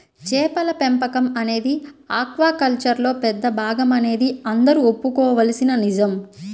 చేపల పెంపకం అనేది ఆక్వాకల్చర్లో పెద్ద భాగమనేది అందరూ ఒప్పుకోవలసిన నిజం